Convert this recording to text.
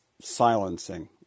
silencing